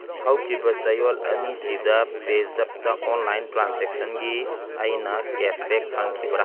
ꯍꯧꯈꯤꯕ ꯆꯌꯣꯜ ꯑꯅꯤꯁꯤꯗ ꯄꯦꯖꯞꯇ ꯑꯣꯟꯂꯥꯏꯟ ꯇ꯭ꯔꯥꯟꯁꯦꯛꯁꯟꯒꯤ ꯑꯩꯅ ꯀꯦꯁꯕꯦꯛ ꯐꯪꯈꯤꯕ꯭ꯔꯥ